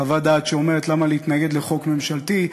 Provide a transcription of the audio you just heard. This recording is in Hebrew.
חוות דעת שאומרת למה להתנגד לחוק ממשלתי,